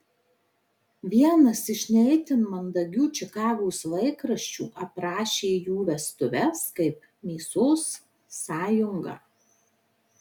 vienas iš ne itin mandagių čikagos laikraščių aprašė jų vestuves kaip mėsos sąjungą